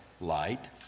light